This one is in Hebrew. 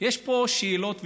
יש פה שאלות ותהיות.